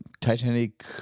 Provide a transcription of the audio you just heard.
Titanic